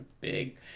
Big